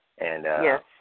Yes